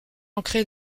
ancré